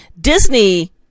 Disney